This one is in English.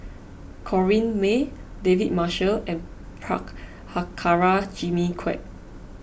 Corrinne May David Marshall and Prabhakara Jimmy Quek